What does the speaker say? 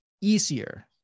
easier